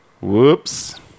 Whoops